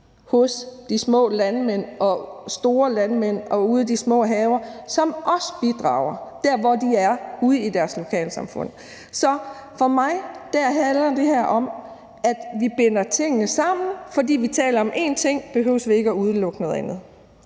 hos de små landmænd og hos de store landmand og ude i de små haver, som også bidrager der, hvor det er, nemlig ude i deres lokalsamfund. Så for mig handler det her om, at vi binder tingene sammen, og fordi vi så taler om én ting, behøver vi ikke at udelukke noget andet.